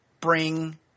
bring